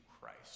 christ